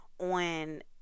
on